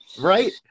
Right